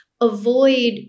avoid